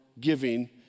giving